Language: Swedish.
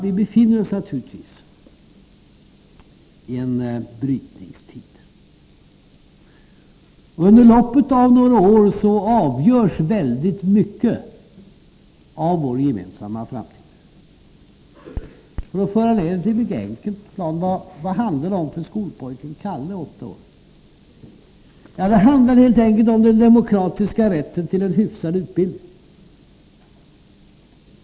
Vi befinner oss naturligtvis i en brytningstid. Under loppet av några år avgörs synnerligen mycket av vår gemensamma framtid. För att föra ned det hela till ett mycket enkelt plan: Vad handlar det om för skolpojken Kalle, åtta år? Jo, det handlar helt enkelt om den demokratiska rätten till en god - utbildning.